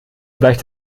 bleicht